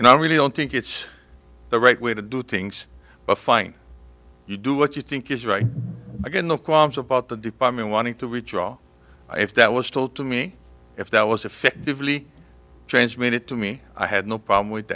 and i really don't think it's the right way to do things but fine you do what you think is right again no qualms about the department wanting to redraw if that was told to me if that was effectively transmitted to me i had no problem with